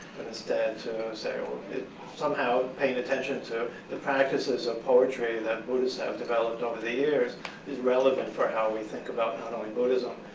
and instead, to say somehow paying attention to the practices of poetry that buddhists have developed over the years is relevant for how we think about not only buddhism,